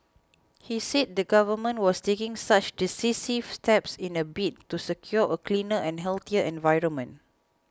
he said the Government was taking such decisive steps in a bid to secure a cleaner and healthier environment